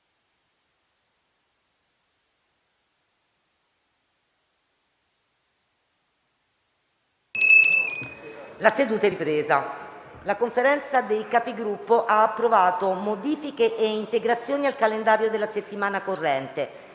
una nuova finestra"). La Conferenza dei Capigruppo ha approvato modifiche e integrazioni al calendario della settimana corrente